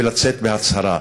ולצאת בהצהרה.